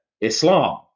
Islam